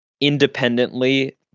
independently